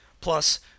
Plus